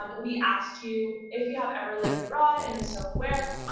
we asked you if you've ever lived abroad and if so where.